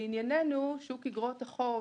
לעניינינו, שוק אגרות החוב